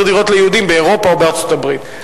דירות ליהודים באירופה או בארצות-הברית.